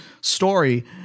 story